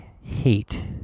hate